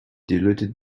diluted